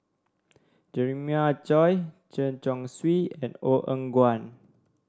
Jeremiah Choy Chen Chong Swee and Ong Eng Guan